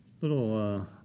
little